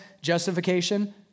Justification